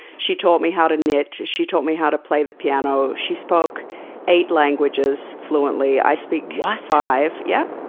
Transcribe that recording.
she taught me how to knit. she taught me how to play the piano. she spoke eight languages fluently. what? i speak yeah five, yeah.